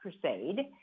crusade